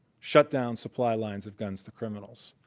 shut down supply lines of guns to criminals.